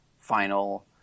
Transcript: final